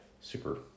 super